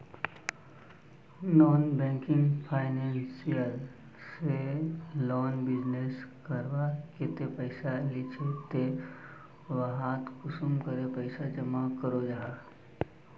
Non banking financial से लोग business करवार केते पैसा लिझे ते वहात कुंसम करे पैसा जमा करो जाहा?